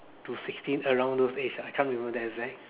to sixteen around those age ah I can't remember the exact